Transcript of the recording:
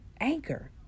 Anchor